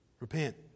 Repent